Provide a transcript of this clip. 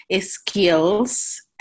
skills